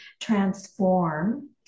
transform